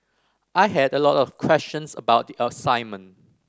I had a lot of questions about the assignment